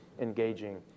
engaging